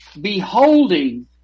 Beholding